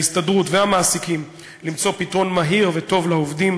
ההסתדרות והמעסיקים למצוא פתרון מהיר וטוב לעובדים,